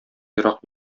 ерак